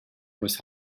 was